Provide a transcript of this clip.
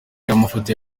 amafoto